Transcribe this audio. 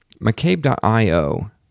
mccabe.io